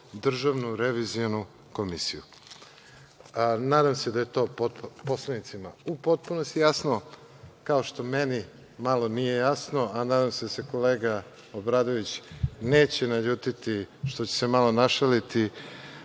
što je prošlo DRI.Nadam se da je to poslanicima u potpunosti jasno, kao što meni malo nije jasno, a nadam da se kolega Obradović neće naljutiti što ću se malo našaliti,